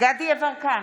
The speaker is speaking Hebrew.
דסטה גדי יברקן,